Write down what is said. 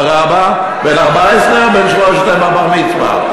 בן 14 או בן 13, בר-מצווה?